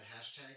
hashtag